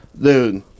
dude